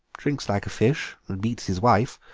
drinks like a fish and beats his wife,